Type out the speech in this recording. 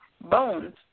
bones